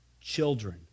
Children